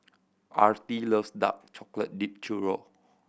Artie loves dark chocolate dipped churro